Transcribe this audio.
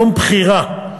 יום בחירה.